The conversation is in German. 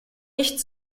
nicht